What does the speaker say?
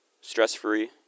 stress-free